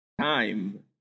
Time